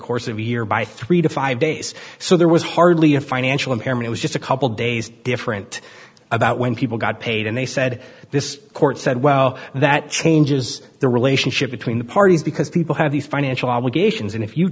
course of a year by three to five days so there was hardly a financial impairment was just a couple days different about when people got paid and they said this court said well that changes the relationship between the parties because people have these financial obligations and if you